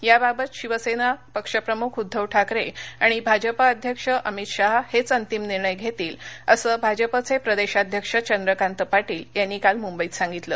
या बाबत शिवसेना पक्ष प्रमुख उद्धव ठाकरे आणि भाजपा अध्यक्ष अमित शहा हेच अंतिम निर्णय घेतील असं भाजपचे प्रदेशाध्यक्ष चंद्रकांत पाटील यांनी काल मुंबईत सांगितलं